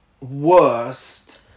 worst